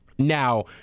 now